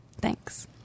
Thanks